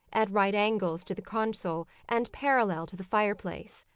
at right angles to the console, and parallel to the fireplace.